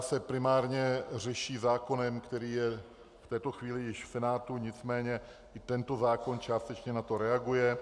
Ta se primárně řeší zákonem, který je v této chvíli již v Senátu, nicméně i tento zákon částečně na to reaguje.